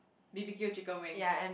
B_B_Q chicken wings